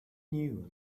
knew